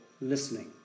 listening